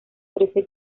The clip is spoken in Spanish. trece